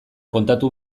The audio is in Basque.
kontatu